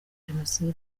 jenoside